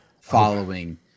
following